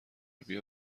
بیا